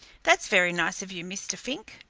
that's very nice of you, mr. fink,